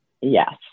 yes